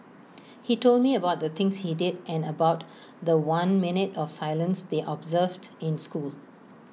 he told me about the things he did and about The One minute of silence they observed in school